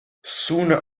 sooner